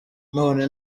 none